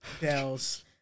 Dells